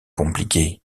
compliquée